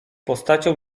postacią